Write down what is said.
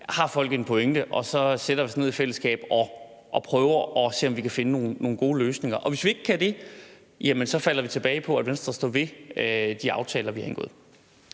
om folk har en pointe, og så sætter vi os ned i fællesskab og prøver at se, om vi kan finde nogle gode løsninger. Og hvis vi ikke kan det, jamen så falder det tilbage på, at Venstre står ved de aftaler, vi har indgået.